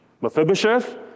Mephibosheth